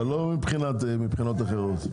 אבל לא מבחינות אחרות.